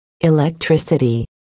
electricity